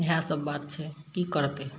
इहए सभ बात छै की करतै